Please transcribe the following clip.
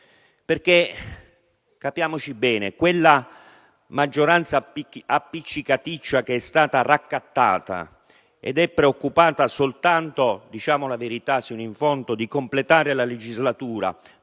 Capiamoci bene, quella maggioranza appiccicaticcia che è stata raccattata, preoccupata soltanto - diciamo la verità fino in fondo - di completare la legislatura,